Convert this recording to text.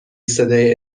صدای